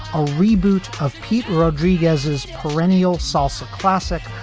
a reboot of pete rodriguez's perennial salsa classic.